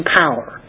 power